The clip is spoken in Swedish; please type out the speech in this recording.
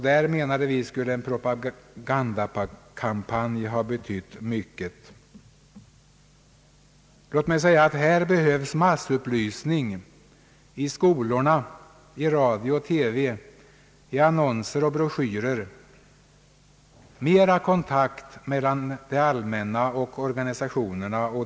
Där skulle en propagandakampanj ha betytt mycket. Låt mig säga, att det här behövs massupplysning i skolorna, i radio och TV, i annonser och broschyrer. Det behövs mera kontakt mellan det allmänna och organisationerna.